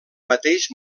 mateix